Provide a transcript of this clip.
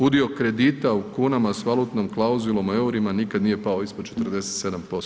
Udio kredita u kunama s valutnom klauzulom u EUR-ima nikad nije pao ispod 47%